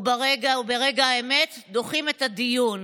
וברגע האמת דוחים את הדיון,